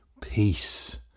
Peace